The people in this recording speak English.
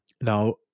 Now